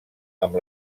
amb